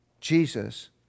Jesus